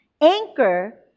Anchor